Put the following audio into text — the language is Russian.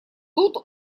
тут